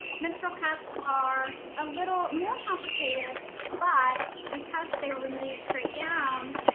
menstrual cups are a little more complicated but because they're removed straight down,